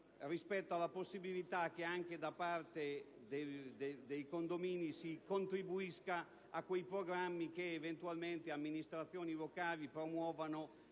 rispetto alla possibilità che anche da parte dei condominii si contribuisca a quei programmi che eventualmente le amministrazioni locali promuovono